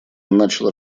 начал